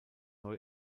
neu